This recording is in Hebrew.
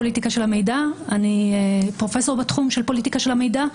אני פרופסור בתחום הפוליטיקה של המידע.